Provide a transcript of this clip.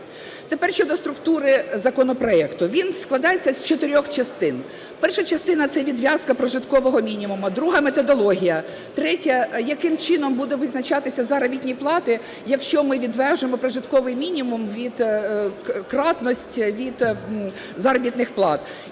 Тепер щодо структури законопроекту. Він складається з чотирьох частин. Перша частина – це відв'язка прожиткового мінімуму, друга – методологія, третя – яким чином будуть визначатися заробітні плати, якщо ми відв'яжемо прожитковий мінімум від... кратність від заробітних плат